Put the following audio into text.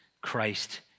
Christ